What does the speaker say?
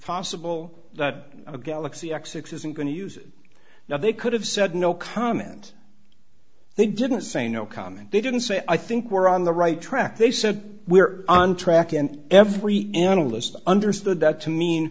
possible that a galaxy x six isn't going to use it now they could have said no comment they didn't say no comment they didn't say i think we're on the right track they said we're on track and every analyst understood that to me